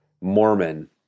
Mormon